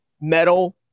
Metal